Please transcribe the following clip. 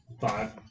Five